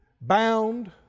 bound